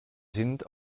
sind